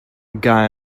guy